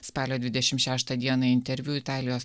spalio dvidešim šeštą dieną interviu italijos